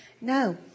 No